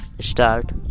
start